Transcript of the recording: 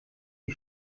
die